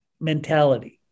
mentality